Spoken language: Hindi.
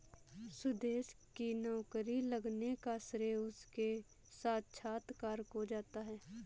सुदेश की नौकरी लगने का श्रेय उसके साक्षात्कार को जाता है